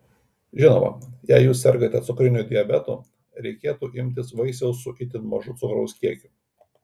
žinoma jei jūs sergate cukriniu diabetu reikėtų rinktis vaisius su itin mažu cukraus kiekiu